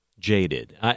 jaded